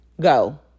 Go